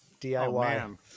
DIY